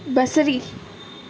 बसरी